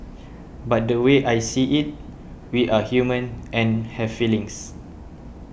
but the way I see it we are human and have feelings